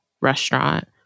restaurant